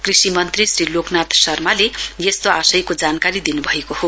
कृषि मन्त्री श्री लोकनाथ शर्माले यस्तो आशयको जानकारी दिनुभएको हो